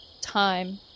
time